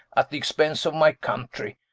at the expense of my country,